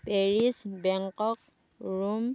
Paris Bangkok Rome